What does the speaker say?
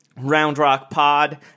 roundrockpod